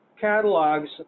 catalogs